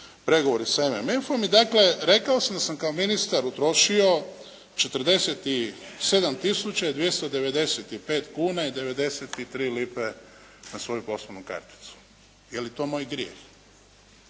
pregovori sa MMF-om i dakle rekao sam da sam kao ministar utrošio 47 tisuća i 295 kune i 93 lipe na svoju poslovnu karticu. Je li to moj grijeh?